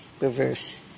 reverse